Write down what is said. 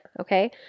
okay